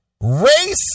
race